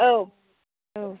औ औ